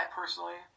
personally